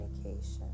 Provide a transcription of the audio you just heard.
communication